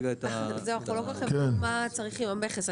אנחנו לא כל כך הבנו מה צריך עם המכס,